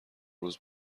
روز